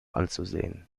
anzusehen